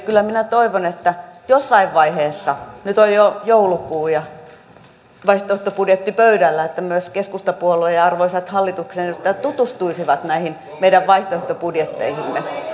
kyllä minä toivon että jossain vaiheessa nyt on jo joulukuu ja vaihtoehtobudjetti pöydällä myös keskustapuolue ja arvoisat hallituksen edustajat tutustuisivat näihin meidän vaihtoehtobudjetteihimme